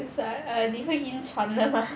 err 你会晕船的吗